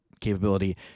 capability